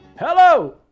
hello